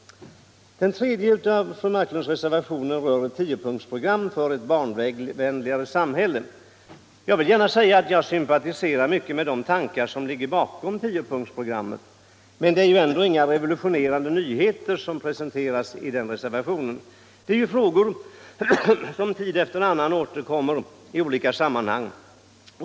En av fru Marklunds reservationer rör ett tiopunktsprogram för ett barnvänligare samhälle. Jag vill gärna säga att jag sympatiserar mycket med de tankar som ligger bakom tiopunktsprogrammet, men det är inga revolutionerande nyheter som presenteras i den reservationen — det är ju frågor som tid efter annan återkommer i olika sammanhang.